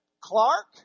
Clark